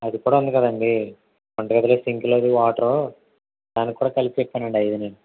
అది కూడా ఉంది కదండి వంటగదిలో సింక్లోది వాటరు దానిక్కూడా కలిపి చెప్పానండి అవన్నీను